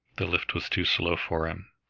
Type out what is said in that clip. the lift was too slow for him.